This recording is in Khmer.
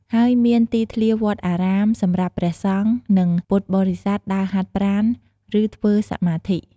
ហើយ មានទីធ្លាវត្តអារាមសម្រាប់ព្រះសង្ឃ និងពុទ្ធបរិស័ទដើរហាត់ប្រាណ ឬធ្វើសមាធិ។